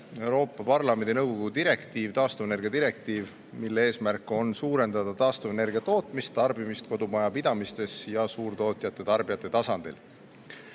Euroopa Parlamendi ja nõukogu direktiiv, taastuvenergia direktiiv, mille eesmärk on suurendada taastuvenergia tootmist ja tarbimist kodumajapidamistes ning suurtootjate ja ‑tarbijate tasandil. Need